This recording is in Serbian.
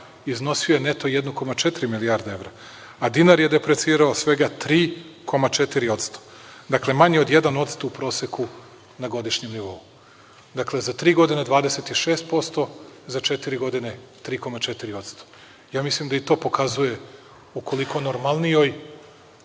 iznosio je neto 1,4 milijarde evra, a dinar je deprecirao svega 3,4%. Dakle, manje od 1% u proseku na godišnjem nivou. Dakle, za tri godine 26%, za četiri godine 3,4%. Ja mislim da i to pokazuje u koliko normalnijoj,